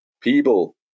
people